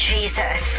Jesus